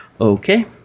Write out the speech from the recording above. Okay